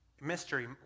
mystery